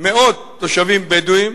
תושבים בדואים,